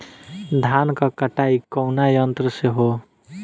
धान क कटाई कउना यंत्र से हो?